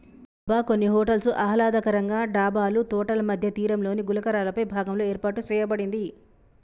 అబ్బ కొన్ని హోటల్స్ ఆహ్లాదకరంగా డాబాలు తోటల మధ్య తీరంలోని గులకరాళ్ళపై భాగంలో ఏర్పాటు సేయబడింది